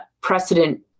precedent